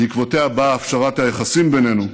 בעקבותיה באה הפשרת היחסים בינינו,